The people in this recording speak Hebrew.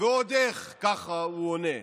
ועוד איך, כך הוא עונה.